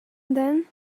then